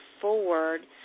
forward